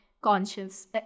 conscious